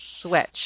switch